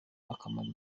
akamara